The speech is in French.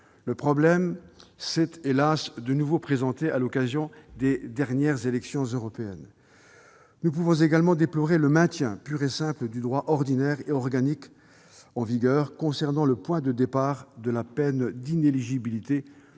Le problème s'est, hélas !, de nouveau présenté lors des dernières élections européennes. Nous déplorons également le maintien pur et simple du droit ordinaire et organique en vigueur concernant le point de départ de la peine d'inéligibilité